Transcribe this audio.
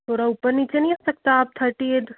थोड़ा ऊपर नीचे नहीं हो सकता आप ठटी ऐध